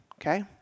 Okay